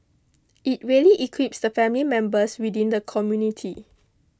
it really equips the family members within the community